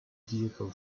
vehicle